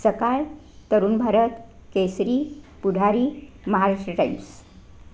Sakal Tarun Bharat Kesari Pudhari Maharashtra times